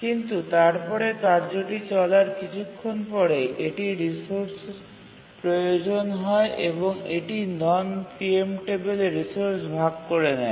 কিন্তু তারপরে কার্যটি চলার কিছুক্ষণ পরে এটির রিসোর্স প্রয়োজন হয় এবং এটি নন প্রিএমটেবিল রিসোর্স ভাগ করে নেয়